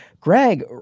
Greg